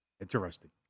Interesting